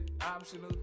optional